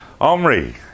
Omri